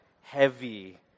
heavy